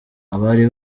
abari